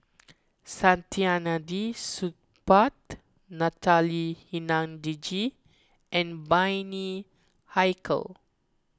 Saktiandi Supaat Natalie Hennedige and Bani Haykal